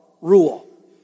rule